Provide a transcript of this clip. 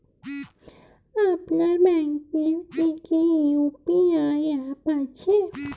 আপনার ব্যাংকের কি কি ইউ.পি.আই অ্যাপ আছে?